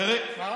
תראה,